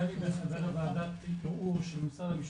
--- ועדה של משרד המשפטים,